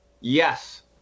Yes